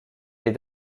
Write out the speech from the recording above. est